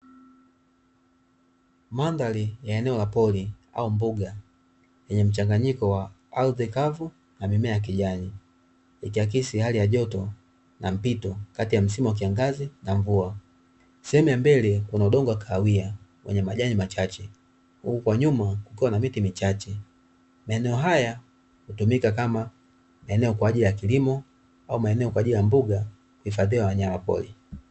Mandhari ya eneo la pori au mbuga yenye mchanganyiko wa ardhi kavu na mimea ya kijani ikiakisi hali ya joto na mpito kati ya msimu wa kiangazi na mvua. Sehemu ya mbele kuna udongo wa kahawia wenye majani machache huku kwa nyuma kukiwa na miti michache maeneo haya hutumika kama maeneo kwa ajili ya kilimo au maeneo kwa ajili ya mbuga ya kuhifadhia wanyama pori.